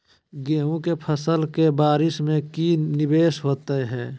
गेंहू के फ़सल के बारिस में की निवेस होता है?